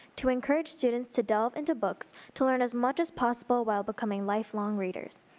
to encourage students to delve into books to learn as much as possible while becoming life-long readers.